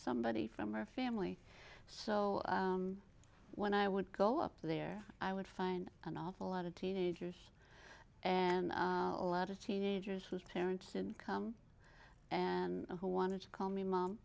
somebody from her family so when i would go up there i would find an awful lot of teenagers and a lot of teenagers whose parents didn't come and who wanted to call me mom